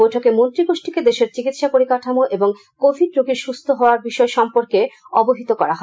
বৈঠকে মন্ত্রী গোষ্ঠিকে দেশের চিকিৎসা পরিকাঠামো এবং কোভিড রোগীর সুস্থ হওয়া বিষয় সম্পর্কে অবহিত করা হয়